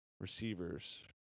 Receivers